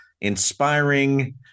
inspiring